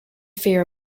fear